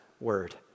word